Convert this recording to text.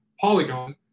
Polygon